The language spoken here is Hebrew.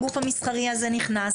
הגוף המסחרי הזה נכנס.